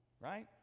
right